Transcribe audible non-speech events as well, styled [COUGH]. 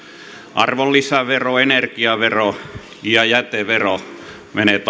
arvonlisävero energiavero ja jätevero menevät [UNINTELLIGIBLE]